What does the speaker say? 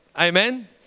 Amen